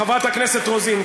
חברת הכנסת רוזין,